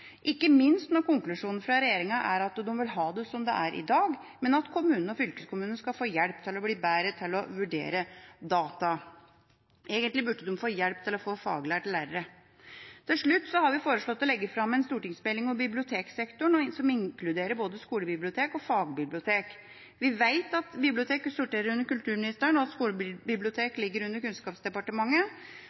ikke minst når konklusjonene fra regjeringa er at de vil ha det som det er i dag, men at kommunene og fylkeskommunene skal få hjelp til å bli bedre til å vurdere data. Egentlig burde de få hjelp til å få faglærte lærere. Til slutt har vi foreslått å legge fram en stortingsmelding om biblioteksektoren som inkluderer både skolebibliotek og fagbibliotek. Vi vet at bibliotek sorterer under kulturministeren, og skolebibliotek ligger under Kunnskapsdepartementet,